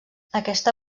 aquesta